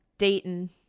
Dayton